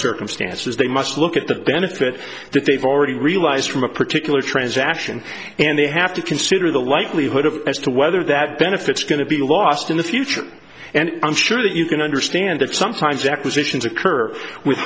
circumstances they must look at the benefit that they've already realised from a particular transaction and they have to consider the likelihood of as to whether that benefits going to be lost in the future and i'm sure that you can understand that sometimes acquisitions occur with